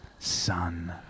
Son